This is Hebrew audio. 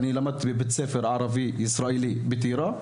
למדתי בבית ספר ערבי ישראלי בטירה.